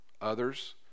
others